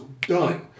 done